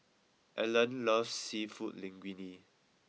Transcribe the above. Alan loves Seafood Linguine